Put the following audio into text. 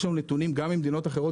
יש לנו נתונים גם ממדינות אחרות